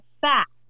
fact